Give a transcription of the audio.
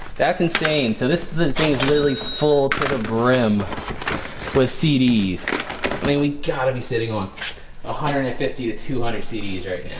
that's insane. so this thing's literally full to the brim with cds. i mean we gotta be sitting on a higher net fifty to two hundred cds right